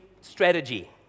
strategy